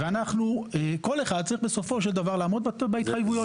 כל אחד צריך בסופו של דבר לעמוד בהתחייבויות שלו.